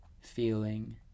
feeling